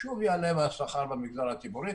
שוב יעלה מהשכר במגזר הציבורי,